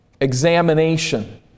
examination